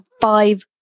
five